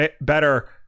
better